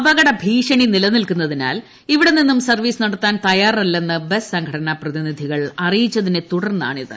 അപകടഭീഷണി നിലനിൽക്കുന്നതിനാൽ ഇവിടെനിന്നും സർവീസ് നടത്താൻ തയ്യാറല്ലെന്ന് സംഘടനാ പ്രതിനിധികൾ ബസ് അറിയിച്ചതിനെത്തുടർന്നാണിത്